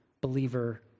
believer